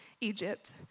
Egypt